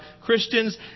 Christians